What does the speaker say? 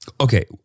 Okay